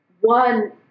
One